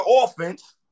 offense